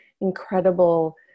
incredible